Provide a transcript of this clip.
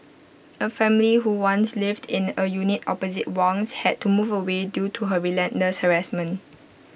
A family who once lived in A unit opposite Wang's had to move away due to her relentless harassment